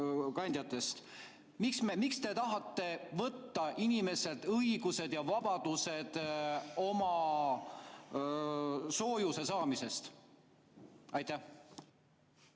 soojuskandjatest. Miks te tahate võtta inimeselt õigused ja vabadused oma soojuse saamisel? Aitäh,